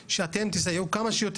מבקש שתסייעו לנו כמה שיותר,